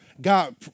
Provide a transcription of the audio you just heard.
God